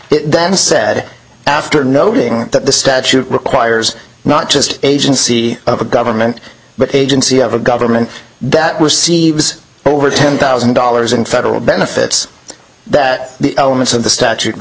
then said after noting that the statute requires not just agency of the government but agency of a government that receives over ten thousand dollars in federal benefits that the elements of the statute were